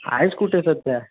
आहेस कुठे सध्या